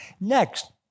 Next